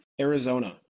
Arizona